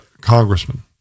congressman